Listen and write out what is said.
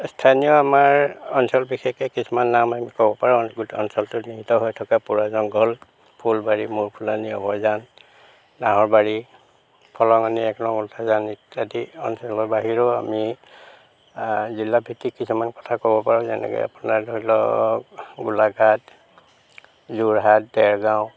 স্থানীয় আমাৰ অঞ্চল বিশেষে কিছুমান নাম আমি ক'ব পাৰোঁ অঞ্চল অঞ্চলটোত নিহিত হৈ থকা পোৰা জংঘল ফুলবাৰী ম'হখোলা নগৰ জান নাহৰ বাৰী ফলঙনি এক নং উল্ফাজাৰণি আদি অঞ্চলৰ বাহিৰেও আমি জিলাভিত্তিক কিছুমান কথা ক'ব পাৰোঁ যেনেকৈ আপোনাৰ ধৰি লওক গোলাঘাট যোৰহাট দেৰগাঁও